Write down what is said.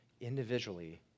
individually